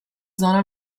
zona